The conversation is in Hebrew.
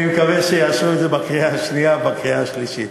אני מקווה שיאשרו את זה בקריאה השנייה ובקריאה השלישית.